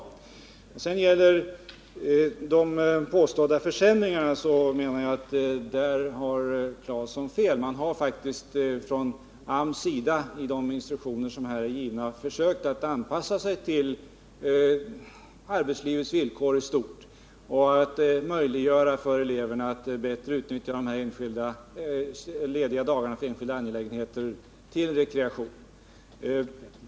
När Tore Claeson påstår att det har skett försämringar så menar jag att han har fel. Man har faktiskt från AMS sida i de instruktioner som är givna försökt anpassa sig till arbetslivets villkor i stort och möjliggöra för eleverna att bättre utnyttja ledighetsdagarna för enskilda angelägenheter till rekreation.